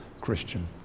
Christian